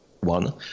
one